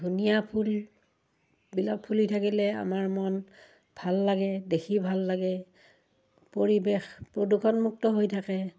ধুনীয়া ফুলবিলাক ফুলি থাকিলে আমাৰ মন ভাল লাগে দেখি ভাল লাগে পৰিৱেশ প্ৰদূষণমুক্ত হৈ থাকে